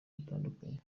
butandukanye